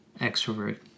extrovert